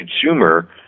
consumer